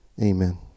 Amen